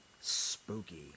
spooky